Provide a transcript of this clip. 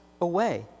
away